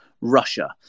Russia